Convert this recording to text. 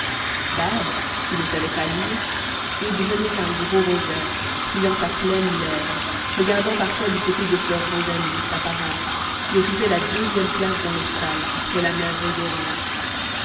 barbe qui ne savait pas lire égrenait un gros rosaire priant à pleines lèvres regardant parfois du côté de soeur rosalie sa parente qui occupait la deuxième place dans les stalles après la mère révérende